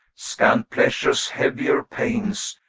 scant pleasures, heavier pains,